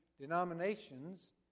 denominations